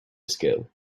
skill